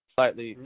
Slightly